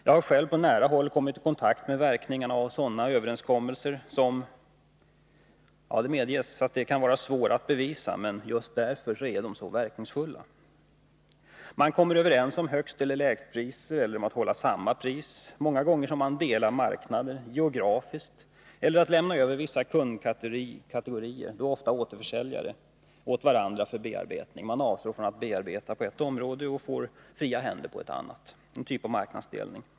Jag har själv på nära håll kommit i kontakt med verkningarna av sådana överenskommelser, som — det medges — kan vara svåra att bevisa men just därför är så verkningsfulla. Man kommer överens om högsteller lägstpriser eller om att hålla samma pris. Ofta delar man marknader, antingen geografiskt eller genom att man lämnar över vissa kundkategorier — oftast återförsäljare — till varandra för bearbetning. Man avstår alltså från att bearbeta på ett område och får fria händer på ett annat — en typ av marknadsdelning.